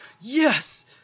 Yes